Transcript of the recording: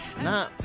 Nah